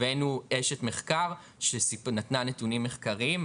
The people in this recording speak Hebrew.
הבאנו אשת מחקר מאוניברסיטת חיפה שנתנה נתונים מחקריים.